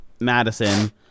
Madison